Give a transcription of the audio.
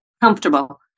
Comfortable